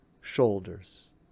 shoulders